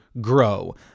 grow